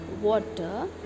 water